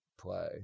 play